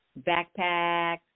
backpacks